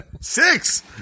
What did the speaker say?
Six